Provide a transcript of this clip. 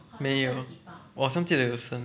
没有我好像记得有剩